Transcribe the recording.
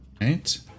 Right